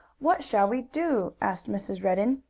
what shall we do? asked mrs. redden.